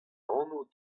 anv